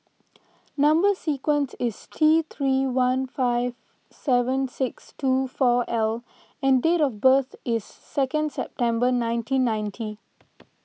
Number Sequence is T three one five seven six two four L and date of birth is second September nineteen ninety